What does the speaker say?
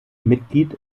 mitglied